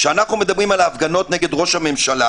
כשאנחנו מדברים על ההפגנות נגד ראש הממשלה